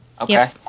Okay